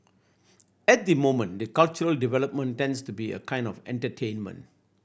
at the moment the cultural development tends to be a kind of entertainment